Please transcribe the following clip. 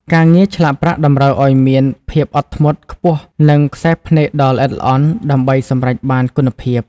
ការងារឆ្លាក់ប្រាក់តម្រូវឱ្យមាន ភាពអត់ធ្មត់ ខ្ពស់ និងខ្សែភ្នែកដ៏ល្អិតល្អន់ដើម្បីសម្រេចបានគុណភាព។